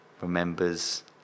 remembers